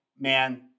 man